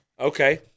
Okay